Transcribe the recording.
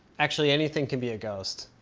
actually, anything can be a ghost.